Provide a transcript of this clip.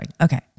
Okay